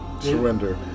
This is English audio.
surrender